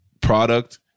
product